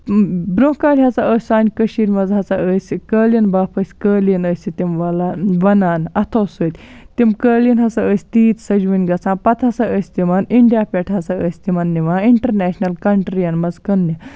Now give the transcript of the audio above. برونٛہہ کالہِ ہَسا ٲسۍ سانہِ کٔشیٖر مَنٛز ہَسا ٲسۍ قٲلیٖن باف ٲسۍ قٲلیٖن ٲسۍ تِم وَلان وونان اَتھو سۭتۍ تِم قٲلیٖن ہسا ٲسۍ تیٖتۍ سَجوٕنۍ گَژھان پَتہٕ ہَسا ٲسۍ تِمَن اِنڑیا پٮ۪ٹھ ہَسا تِمَن نِوان اِنٹرنیشنَل کَنٹریَن مَنٛز کٕنٛنہِ